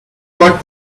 got